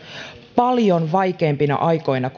paljon vaikeimpina aikoina